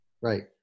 Right